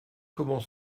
comment